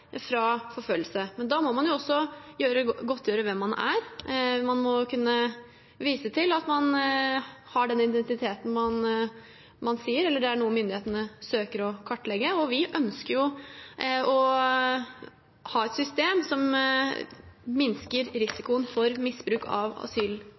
fra forfølgelse. Da må man også godtgjøre hvem man er. Man må kunne vise til at man har den identiteten man sier man har, dvs. det er noe myndighetene søker å kartlegge. Vi ønsker å ha et system som minsker